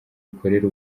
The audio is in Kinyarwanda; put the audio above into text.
ikorera